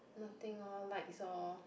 nothing lor light oh